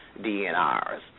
DNRs